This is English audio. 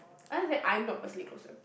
it's just that I'm not personally close to them